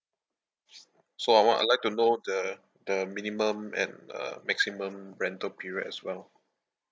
so I want I like to know the the minimum and the maximum rental period as well